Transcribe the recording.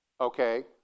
Okay